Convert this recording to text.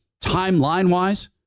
timeline-wise